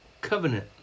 covenant